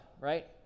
right